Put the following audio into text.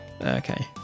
okay